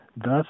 Thus